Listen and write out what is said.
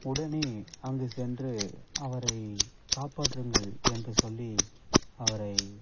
உடனே அங்கு சென்று அவரை காப்பாற்றுங்கள் என்று சொல்லி அவரை